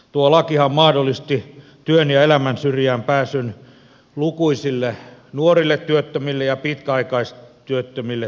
tuo lakihan mahdollisti työn ja elämän syrjään pääsyn lukuisille nuorille työttömille ja pitkäaikaistyöttömille tukityöpaikkojen kautta